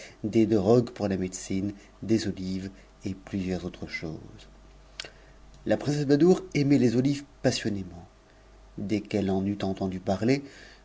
des drogues pour la méde'inc des olives et plusieurs autres choses la princesse badoure aimait tes olives passionnément des qu'elle en fm ptuendu parler